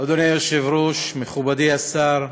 אדוני היושב-ראש, מכובדי השר,